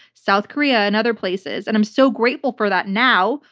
south korea, and other places. and i'm so grateful for that now,